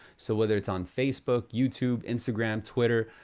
so whether it's on facebook, youtube, instagram, twitter,